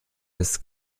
des